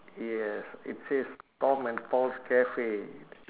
yes it says tom and paul's cafe